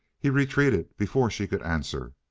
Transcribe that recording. he retreated before she could answer,